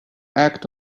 act